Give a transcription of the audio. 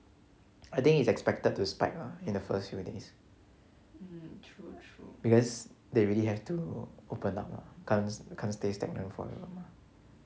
I think is expected to spark in the first few days because they really have to open up lah can't can't stay stagnant forever mah